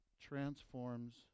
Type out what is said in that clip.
transforms